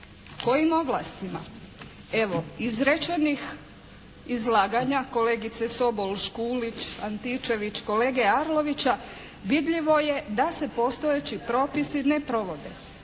Kojim ovlastima? Evo izrečenih izlaganja kolegice Sobol, Škulić, Antičević, kolege Arlovića vidljivo je da se postojeći propisi ne provode.